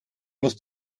musst